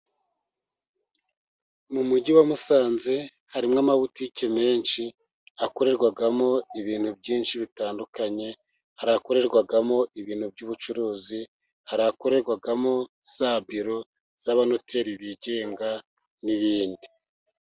Mu mujyi wa musanze harimo amabutiki menshi, hakorerwagamo ibintu byinshi bitandukanye; hakorerwagamo ibintu by'ubucuruzi, hakorerwagamo za biro z'abanoteri bigenga n'ibindi.